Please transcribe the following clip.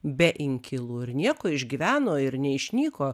be inkilų ir nieko išgyveno ir neišnyko